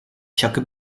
chukka